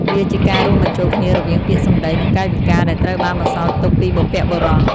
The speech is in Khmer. វាជាការរួមបញ្ចូលគ្នារវាងពាក្យសម្ដីនិងកាយវិការដែលត្រូវបានបន្សល់ទុកពីបុព្វបុរស។